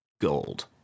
gold